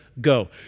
go